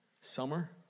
summer